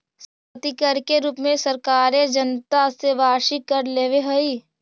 सम्पत्ति कर के रूप में सरकारें जनता से वार्षिक कर लेवेऽ हई